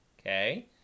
Okay